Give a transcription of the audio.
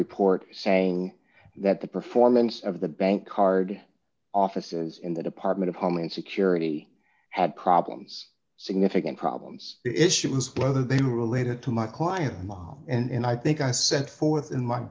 report saying that the performance of the bank card officers in the department of homeland security at problems significant problems issues whether they were related to my client and i think i set forth in my